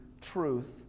truth